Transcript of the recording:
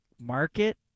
market